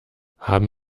haben